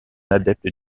adepte